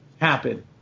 happen